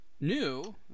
New